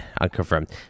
unconfirmed